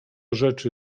rzeczy